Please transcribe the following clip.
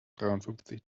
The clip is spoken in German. dreiundfünfzig